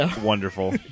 Wonderful